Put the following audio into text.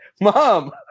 Mom